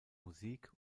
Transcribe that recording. musik